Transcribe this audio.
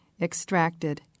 extracted